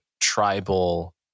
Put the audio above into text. tribal